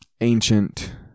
ancient